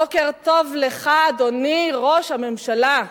בוקר טוב לך, אדוני ראש הממשלה.